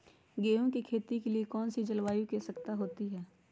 गेंहू की खेती के लिए कौन सी जलवायु की आवश्यकता होती है?